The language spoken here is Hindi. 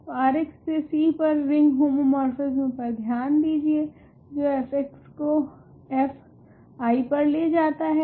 तो R से C पर रिंग होमोमोर्फिस्म पर ध्यान दीजिए जो f को f i पर ले जाता है